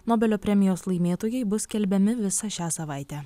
nobelio premijos laimėtojai bus skelbiami visą šią savaitę